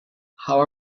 how